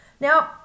Now